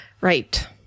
right